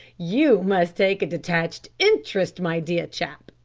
you must take a detached interest, my dear chap.